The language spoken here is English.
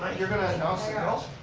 you're going to announce the girls.